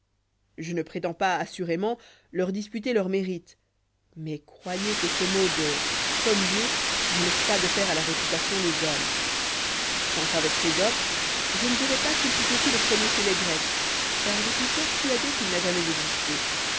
je ne prétends pas assùremenr leur disputer leur mérite mais croyez que ce mot de premier né laisse pas de faire à la réputation des hommes quant à votre esopeyje né dirai pas qu'il fut aussi le premier chez lès grées car je suis persuadé qui n'a jamaig existé